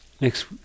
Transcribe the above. Next